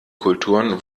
kulturen